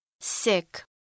Sick